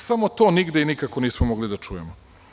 Samo to nigde i nikako nismo mogli da čujemo.